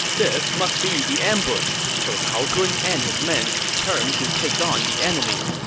this must be the ambush, so cao zun and his men turned to take on the enemy.